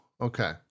okay